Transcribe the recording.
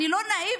אני לא נאיבית.